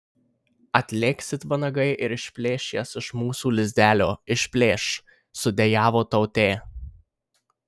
atlėks it vanagai ir išplėš jas iš mūsų lizdelio išplėš sudejavo tautė